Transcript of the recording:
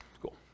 cool